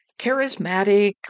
charismatic